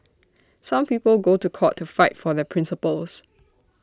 some people go to court to fight for their principles